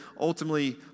ultimately